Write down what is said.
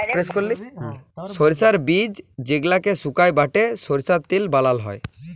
সরষার বীজ যেগলাকে সুকাই বাঁটে সরষার তেল বালাল হ্যয়